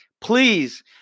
please